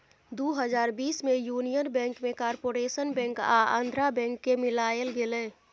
दु हजार बीस मे युनियन बैंक मे कारपोरेशन बैंक आ आंध्रा बैंक केँ मिलाएल गेलै